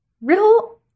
real